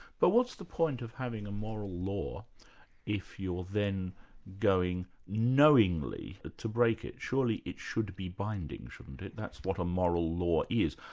but what's the point of having a moral law if you're then going knowingly to break it? surely it should be binding shouldn't it? that's what a moral law is.